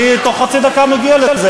אני תוך חצי דקה מגיע לזה.